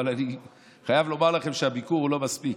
אבל אני חייב לומר לכם שהביקור לא מספיק.